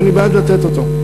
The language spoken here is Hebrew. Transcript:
ואני בעד לתת אותו.